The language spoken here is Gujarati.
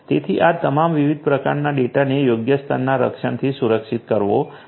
તેથી આ તમામ વિવિધ પ્રકારનાં ડેટાને યોગ્ય સ્તરના રક્ષણથી સુરક્ષિત કરવો પડશે